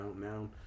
now